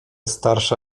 starsze